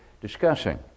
discussing